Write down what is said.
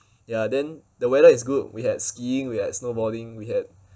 ya then the weather is good we had skiing we have snowboarding we had